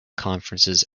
conferences